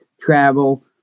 travel